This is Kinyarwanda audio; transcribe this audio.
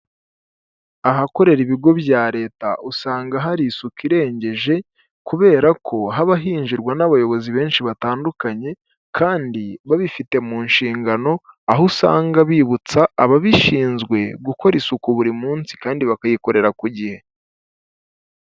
Ahakorera ibigo bya leta usanga hari isuku irengeje, kubera ko haba hinjirwa n'abayobozi benshi batandukanye kandi babifite mu nshingano, aho usanga bibutsa ababishinzwe gukora isuku buri munsi kandi bakayikorera ku gihe.